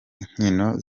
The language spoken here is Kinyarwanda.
inkino